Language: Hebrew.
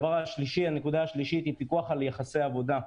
הנקודה השלישית היא פיקוח על יחסי עבודה.